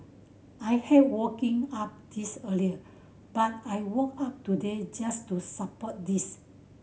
I hate waking up this early but I woke up today just to support this